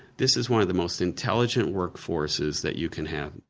this is one of the most intelligent workforces that you can have.